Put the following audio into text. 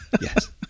Yes